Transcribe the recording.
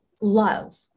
love